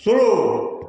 शुरू